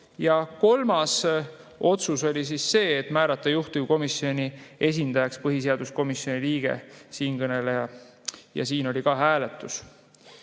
Kolmas otsus oli see, et määrata juhtivkomisjoni esindajaks põhiseaduskomisjoni liige siinkõneleja, ja siin oli ka hääletus.